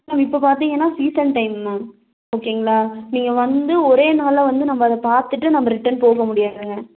ma'am இப்போ பார்த்திங்கன்னா season time ma'am ஓகேங்களா நீங்கள் வந்து ஒரே நாளில் வந்து நம்ம பார்த்துட்டு நம்ம ரிட்டன் போக முடியாதுங்க